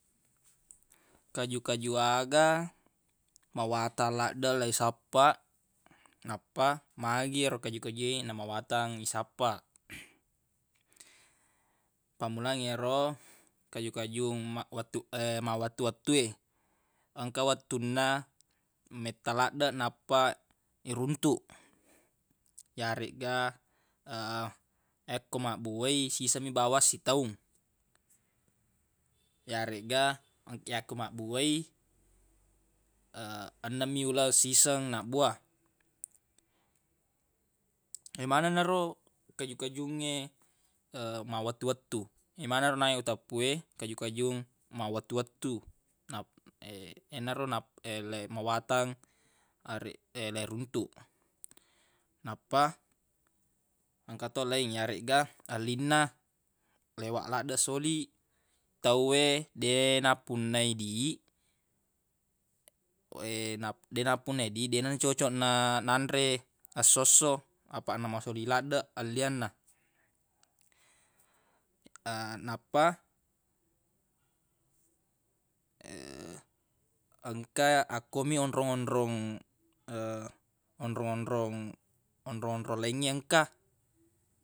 Kaju-kaju aga mawatang laddeq leisappaq nappa magi ero kaju-kaju e namawatang isappa pammulang yero kaju-kajung ma- wette- ma wettu-wettu e engka wettunna metta laddeq nappa iruntuq yaregga ekko mabbua i siseng mi bawang sitaung yaregga yakko mabbua i enneng mi uleng siseng nabbua yemanenna ro kaju-kajungnge mawwettu-wettu ye maneng naq e uteppu e kaju-kajung ma wettu-wettu nap- yenaro nap- lei- mawatang leiruntuq nappa engka to leng yaregga ellinna lewaq laddeq soli tawwe deq nappunnai di nap- deq nappunnai di deq na cocoq na- nanre esso-esso apaq na masoli laddeq ellianna nappa engka akko mi onrong-onrong onrong-onrong onrong-onrong lengnge engka.